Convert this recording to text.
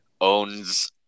owns